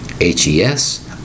H-E-S